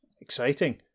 Exciting